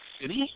City